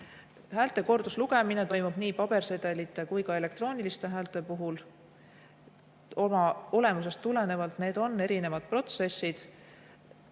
Häälte korduslugemine toimub nii pabersedelite kui ka elektrooniliste häälte puhul protsessi olemusest tulenevalt. Need on erinevad protsessid.